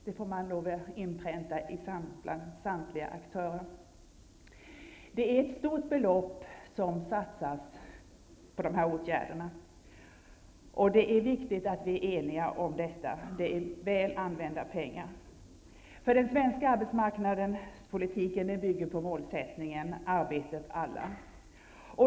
Det får man lov att inpränta i samtliga aktörer. Det är ett stort belopp som satsas på de här åtgärderna. Det är viktigt att vi är eniga om detta -- det är väl använda pengar. Den svenska arbetsmarknadspolitiken bygger på målsättningen Arbete åt alla.